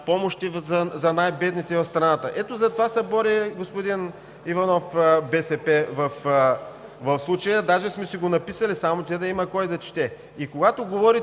България, помощи за най-бедните в страната. Ето за това се бори, господин Иванов, БСП в случая. Даже сме си го написали, само да има кой да чете!